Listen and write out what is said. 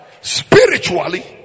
spiritually